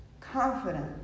confident